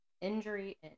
injury